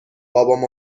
بابام